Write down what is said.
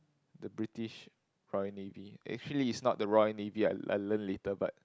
the British-Royal-Navy actually is not the Royal Navy I I learn later but